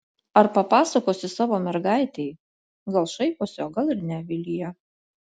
ar papasakosi savo mergaitei gal šaiposi o gal ir ne vilija